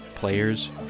Players